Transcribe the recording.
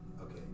Okay